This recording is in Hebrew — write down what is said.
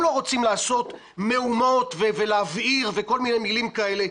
הם לא רוצים לעשות מהומות ולהבעיר וכל מיני מילים כאלה.